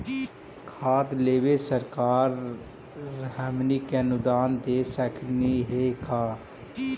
खाद लेबे सरकार हमनी के अनुदान दे सकखिन हे का?